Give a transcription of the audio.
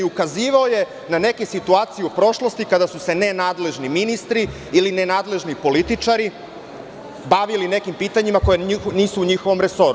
Ukazivao je na neke situacije u prošlosti kada su se nenadležni ministri, ili nenadležni političari bavili nekim pitanjima koje nisu u njihovom resoru.